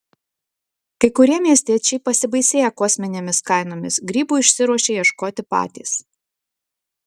kai kurie miestiečiai pasibaisėję kosminėmis kainomis grybų išsiruošia ieškoti patys